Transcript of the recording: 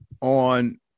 on